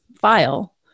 file